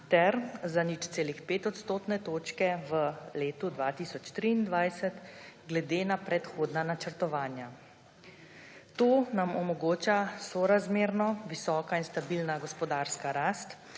ter za 0,5 odstotne točke v letu 2023 glede na predhodna načrtovanja. To nam omogoča sorazmerno visoka in stabilna gospodarska rast